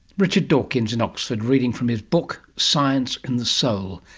richard dawkins in oxford, reading from his book science in the soul,